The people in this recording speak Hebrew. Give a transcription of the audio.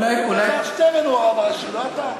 אלעזר שטרן הוא הרב הראשי, לא אתה.